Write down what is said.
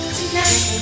tonight